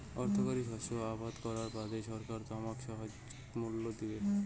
অর্থকরী শস্য আবাদ করার বাদে সরকার তোমাক সহায়ক মূল্য দিবে